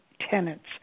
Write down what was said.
tenants